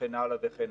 וכן הלאה.